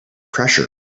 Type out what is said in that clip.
pressure